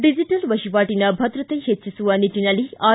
digital ವಹಿವಾಟನ ಭದ್ರತೆ ಹೆಚ್ಚಿಸುವ ನಿಟ್ಟನಲ್ಲಿ ಆರ್